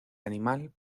animal